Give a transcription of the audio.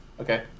Okay